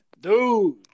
Dude